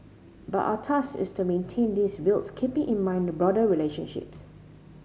but our task is to maintain this whilst keeping in mind the broader relationships